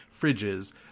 fridges